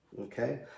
okay